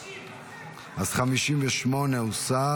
60. 58 הוסרה,